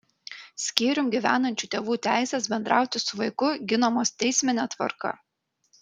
skyrium gyvenančių tėvų teisės bendrauti su vaiku ginamos teismine tvarka